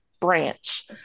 branch